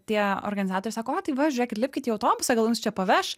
tie organizatoriai sako o tai va žiūrėkit lipkit į autobusą gal jus čia paveš